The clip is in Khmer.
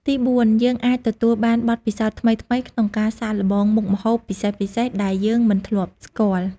ទីបួន យើងអាចទទួលបាន បទពិសោធន៍ថ្មីៗ ក្នុងការសាកល្បងមុខម្ហូបពិសេសៗដែលយើងមិនធ្លាប់ស្គាល់។